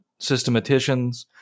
systematicians